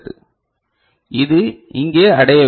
எனவே இது இங்கே அடைய வேண்டும்